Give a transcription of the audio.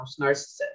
narcissist